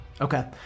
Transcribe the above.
Okay